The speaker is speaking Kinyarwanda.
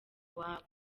iwabo